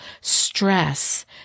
stress